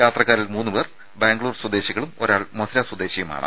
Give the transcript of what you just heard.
യാത്രക്കാരിൽ മൂന്ന് പേർ ബാംഗ്ലൂർ സ്വദേശികളും ഒരാൾ മധുര സ്വദേശിയുമാണ്